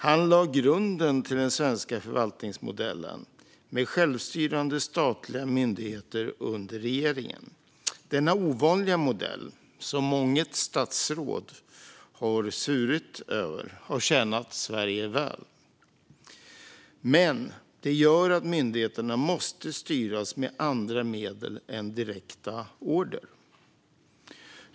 Han lade grunden till den svenska förvaltningsmodellen med självstyrande statliga myndigheter under regeringen. Denna ovanliga modell, som månget statsråd har svurit över, har tjänat Sverige väl men gör att myndigheterna måste styras med andra medel än direkta order.